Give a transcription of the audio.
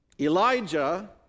Elijah